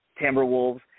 Timberwolves